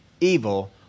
evil